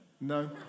No